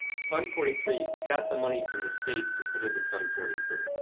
fund forty three we got the money from the state to put into fund forty three.